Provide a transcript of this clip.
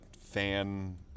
fan